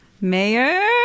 mayor